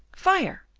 fire!